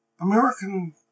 American